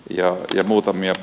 muutamia pointteja